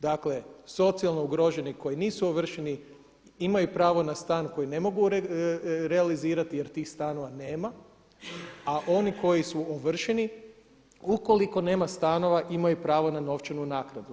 Dakle, socijalno ugroženi koji nisu ovršeni imaju pravo na stan koji ne mogu realizirati jer tih stanova nema, a oni koji su ovršeni ukoliko nema stanova imaju pravo na novčanu naknadu.